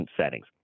settings